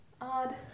Odd